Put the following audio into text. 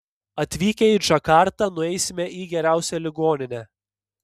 atvykę į džakartą nueisime į geriausią ligoninę